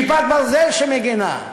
יש "כיפת ברזל" שמגינה.